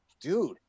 dude